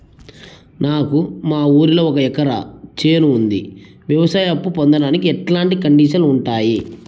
నాకు మా ఊరిలో ఒక ఎకరా చేను ఉంది, వ్యవసాయ అప్ఫు పొందడానికి ఎట్లాంటి కండిషన్లు ఉంటాయి?